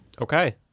Okay